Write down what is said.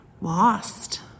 lost